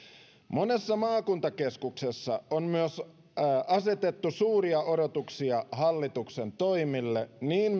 monessa maakuntakeskuksessa on myös asetettu suuria odotuksia hallituksen toimille niin